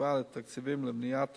בהשוואה לתקציבים למניעת